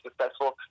successful